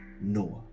Noah